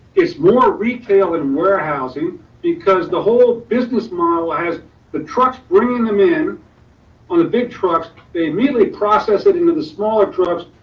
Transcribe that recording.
it's more retail and warehousing because the whole business model has the trucks bringing them in on the big trucks. they immediately processed it into the smaller trucks.